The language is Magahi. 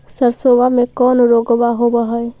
सरसोबा मे कौन रोग्बा होबय है?